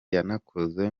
yanakoze